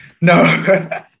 No